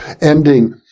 ending